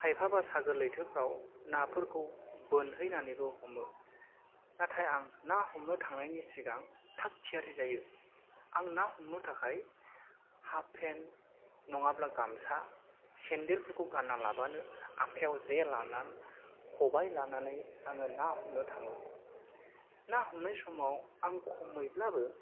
खायफाबा सागोर लैथोफ्राव नाफोरखौ बोनहैनानैबो हमो नाथाय आं ना हमनो थांनायनि सिगां थाग थियारि जायो आं ना हमनो थाखाय हाफ फेन नंआब्ला गामसा सेन्डेल फोरखौ गाना लाबानो आखायाव जे लाना खबाय लानानै आङो ना हमनो थाङो ना हमनाय समाव आं खमैब्लाबो